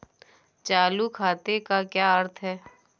चालू खाते का क्या अर्थ है?